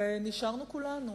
ונשארנו כולנו